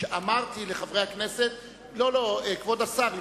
אמרתי לחברי הכנסת, לא, לא, כבוד השר.